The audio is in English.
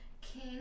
king